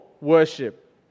worship